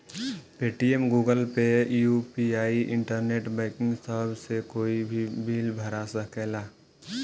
Paytm, Google pay, UPI, internet banking सभ से कोई भी बिल भरा सकेला